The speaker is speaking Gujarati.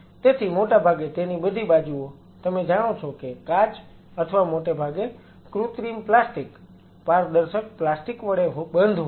તેથી મોટાભાગે તેની બધી બાજુઓ તમે જાણો છો કે કાચ અથવા મોટે ભાગે કૃત્રિમ પ્લાસ્ટિક પારદર્શક પ્લાસ્ટિક વડે બંધ હોય છે